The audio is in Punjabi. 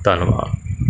ਧੰਨਵਾਦ